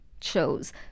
shows